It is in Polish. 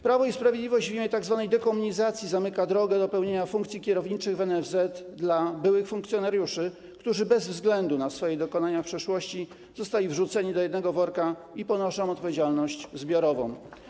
Prawo i Sprawiedliwość w imię tzw. dekomunizacji zamyka drogę do pełnienia funkcji kierowniczych w NFZ byłym funkcjonariuszom, którzy bez względu na swoje dokonania w przeszłości zostali wrzuceni do jednego worka i ponoszą odpowiedzialność zbiorową.